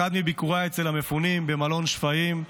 באחד מביקוריי אצל המפונים במלון שפיים,